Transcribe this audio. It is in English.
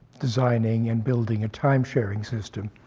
designing and building a time-sharing system.